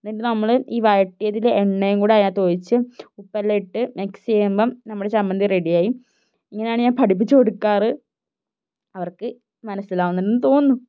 എന്നിട്ട് നമ്മൾ ഈ വഴറ്റിയതിൽ എണ്ണയും കൂടി അതിനകത്ത് ഒഴിച്ച് ഉപ്പെല്ലാം ഇട്ട് മിക്സ് ചെയ്യുമ്പം നമ്മുടെ ചമ്മന്തി റെഡിയായി ഇങ്ങനെയാണ് ഞാൻ പഠിപ്പിച്ചു കൊടുക്കാറ് അവർക്ക് മനസ്സിലാകുന്നുണ്ടെന്ന് തോന്നുന്നു